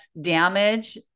damage